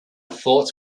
thoughts